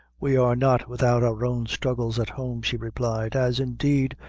we are not without our own struggles at home, she replied, as, indeed,